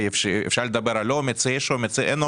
אפשר לדבר על זה שיש אומץ, אין אומץ.